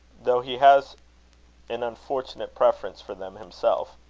though he has an unfortunate preference for them himself.